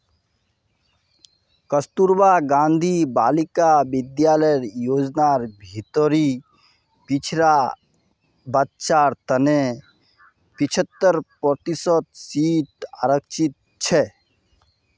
कस्तूरबा गांधी बालिका विद्यालय योजनार भीतरी पिछड़ा बच्चार तने पिछत्तर प्रतिशत सीट आरक्षित छे